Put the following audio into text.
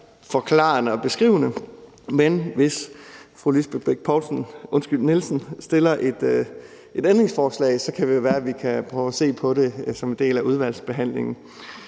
forklarende og beskrivende. Men hvis fru Lisbeth Bech-Nielsen stiller et ændringsforslag, kan det være, at vi kan prøve at se på det som en del af udvalgsbehandlingen.